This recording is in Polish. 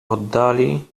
oddali